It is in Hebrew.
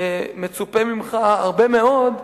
שמצופה ממך הרבה מאוד,